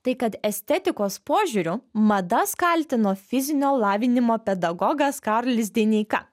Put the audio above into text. tai kad estetikos požiūriu madas kaltino fizinio lavinimo pedagogas karolis dineika